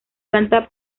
planta